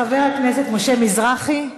חבר הכנסת משה מזרחי.